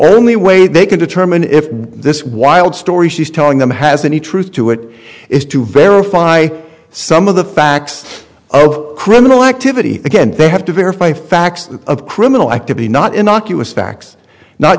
only way they can determine if this wild story she's telling them has any truth to it is to verify some of the facts criminal activity again they have to verify facts of criminal activity not innocuous facts not